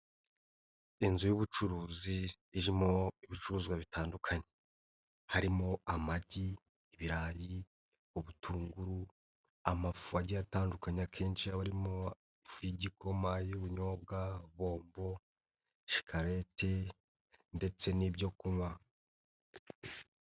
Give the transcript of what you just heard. Inzu y'ubucuruzi irimo ibicuruzwa bitandukanye, harimo amagi, ibirayi, ubutunguru, amafu agiye atandukanye akenshi aba arimo ifu y'igikoma, iy'ubunyobwa, bombo, shikarete ndetse n'ibyo kunywa.